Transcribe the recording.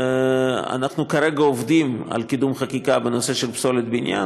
אנחנו כרגע עובדים על קידום של חקיקה בנושא פסולת בניין.